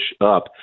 up